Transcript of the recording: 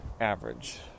average